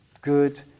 good